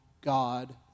God